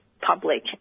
public